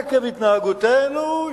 עקב התנהגותנו,